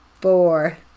four